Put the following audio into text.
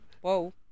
Whoa